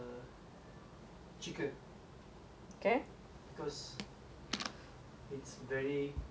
because it's very it's like every morning you will like make a noise like